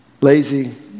Lazy